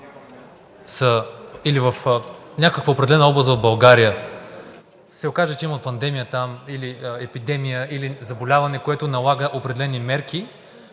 или в някаква определена област в България се окаже, че там има пандемия или епидемия, или заболяване, което налага определени мерки,